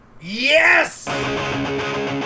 Yes